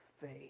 faith